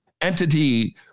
entity